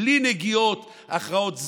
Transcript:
בלי נגיעות, הכרעות.